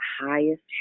highest